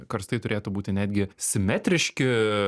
karstai turėtų būti netgi simetriški